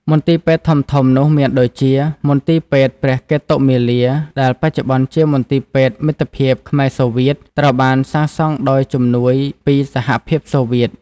មន្ទីរពេទ្យធំៗនោះមានដូចជា មន្ទីរពេទ្យព្រះកេតុមាលាដែលបច្ចុប្បន្នជាមន្ទីរពេទ្យមិត្តភាពខ្មែរ សូវៀត ត្រូវបានសាងសង់ដោយជំនួយពីសហភាពសូវៀត។